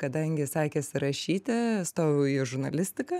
kadangi sekėsi rašyti stojau į žurnalistiką